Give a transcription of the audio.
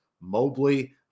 Mobley